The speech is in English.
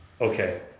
okay